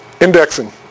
indexing